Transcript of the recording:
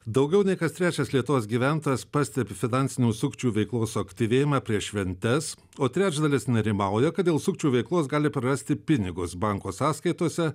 daugiau nei kas trečias lietuvos gyventojas pastebi finansinių sukčių veiklos suaktyvėjimą prieš šventes o trečdalis nerimauja kad dėl sukčių veiklos gali prarasti pinigus banko sąskaitose